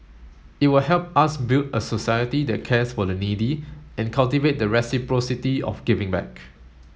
it will help us build a society that cares for the needy and cultivate the reciprocity of giving back